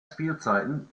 spielzeiten